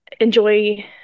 enjoy